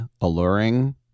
alluring